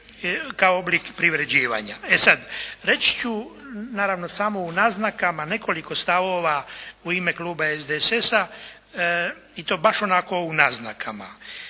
kao oblik privređivanja. Reći ću samo u naznakama nekoliko stavova u ime kluba SDSS-a i to baš onako u naznakama.